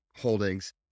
holdings